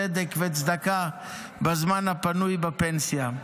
צדק וצדקה בזמן הפנוי בפנסיה.